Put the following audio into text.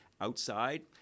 outside